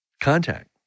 contact